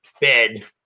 bed